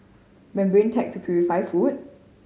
membrane tech to purify food